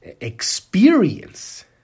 experience